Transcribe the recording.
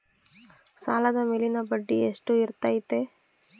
ಸಾಲದ ಮೇಲಿನ ಬಡ್ಡಿ ಎಷ್ಟು ಇರ್ತೈತೆ?